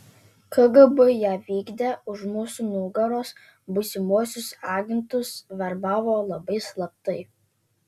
kgb ją vykdė už mūsų nugaros būsimuosius agentus verbavo labai slaptai